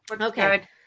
Okay